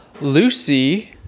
Lucy